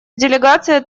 делегация